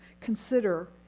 consider